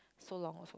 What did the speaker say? so long also